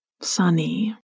Sunny